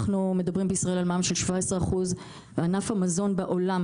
אנחנו מדברים בישראל על מע"מ של 17% בענף המזון בעולם